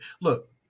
Look